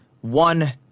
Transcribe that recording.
one